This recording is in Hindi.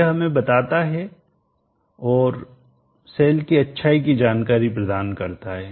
यह हमें बताता है और सेल की अच्छाई की जानकारी प्रदान करता है